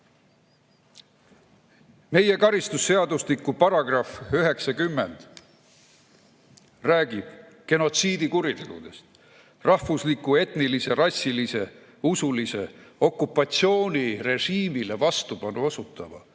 Meie karistusseadustiku § 90 räägib genotsiidikuritegudest rahvusliku, etnilise, rassilise, usulise, okupatsioonirežiimile vastupanu osutava